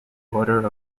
order